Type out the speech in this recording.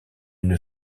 une